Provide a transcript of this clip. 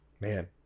man